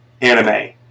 anime